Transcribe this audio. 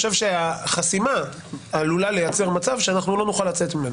חושב שהחסימה עלולה לייצר מצב שלא נוכל לצאת ממנו.